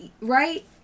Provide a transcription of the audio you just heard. right